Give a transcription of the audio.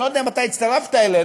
אני לא יודע את אתה הצטרפת אלינו,